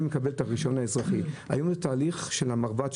לקבל את הרישיון האזרחי היום התהליך של המרב"ד,